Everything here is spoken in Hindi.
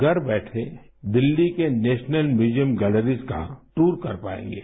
घर बैठे दिल्ली के नेशनल म्यूजियम गैलरीज का टूर कर पाएंगे